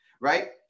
right